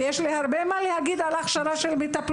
ויש לי הרבה מה להגיד על ההכשרה של המטפלות,